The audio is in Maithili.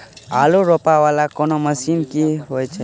आलु रोपा वला कोनो मशीन हो छैय की?